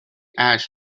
ash